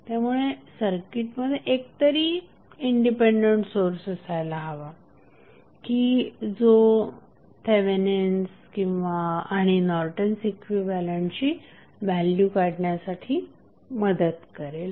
त्यामुळे सर्किटमध्ये एकतरी इंडिपेंडंट सोर्स असायला हवा की जो थेवेनिन्स आणि नॉर्टन्स इक्विव्हॅलंटची व्हॅल्यू काढण्यासाठी मदत करेल